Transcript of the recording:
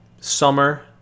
summer